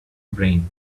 brain